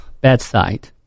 bedside